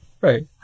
Right